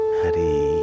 hari